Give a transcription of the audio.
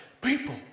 people